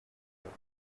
help